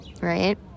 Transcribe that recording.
Right